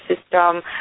system